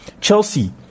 Chelsea